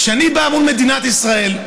כשאני בא מול מדינת ישראל,